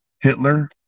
Hitler